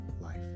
life